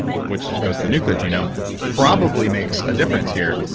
which goes to the nuclear genome probably makes a difference here.